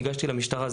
ניגשתי למשטרה.